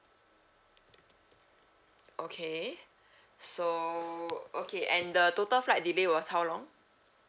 okay so okay and the total flight delay was how long